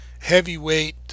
heavyweight